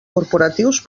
corporatius